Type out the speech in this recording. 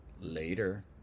Later